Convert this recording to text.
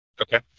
Okay